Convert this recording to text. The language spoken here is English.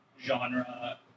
genre